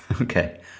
Okay